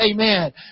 Amen